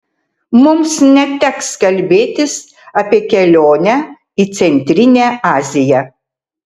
mums neteks kalbėtis apie kelionę į centrinę aziją